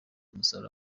umusaruro